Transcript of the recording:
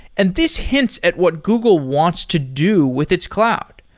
and this hints at what google wants to do with its cloud.